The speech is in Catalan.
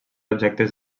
objectes